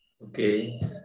okay